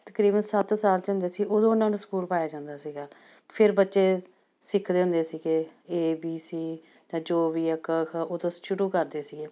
ਤਕਰੀਬਨ ਸੱਤ ਸਾਲ 'ਚ ਹੁੰਦੇ ਸੀ ਉਦੋਂ ਉਹਨਾਂ ਨੂੰ ਸਕੂਲ ਪਾਇਆ ਜਾਂਦਾ ਸੀਗਾ ਫਿਰ ਬੱਚੇ ਸਿੱਖਦੇ ਹੁੰਦੇ ਸੀਗੇ ਏ ਬੀ ਸੀ ਜਾਂ ਜੋ ਵੀ ਆ ਕ ਖ ਉਦੋਂ ਸ਼ੁਰੂ ਕਰਦੇ ਸੀਗੇ